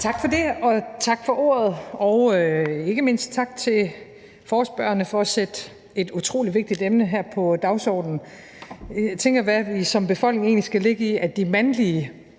Tak for det. Tak for ordet, og ikke mindst tak til forespørgerne for at sætte et utrolig vigtigt emne på dagsordenen. Jeg tænker, hvad vi som befolkning egentlig skal lægge i, at de mandlige